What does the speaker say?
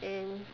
and